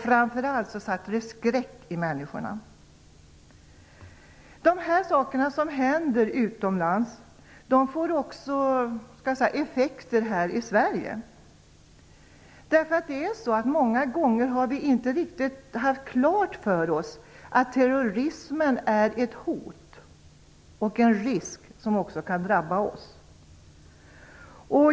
Framför allt satte det skräck i människorna. Dessa saker som händer utomlands får också effekter här i Sverige. Många gånger har vi inte riktigt haft klart för oss att terrorismen är ett hot och en risk som också kan drabba oss.